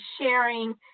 sharing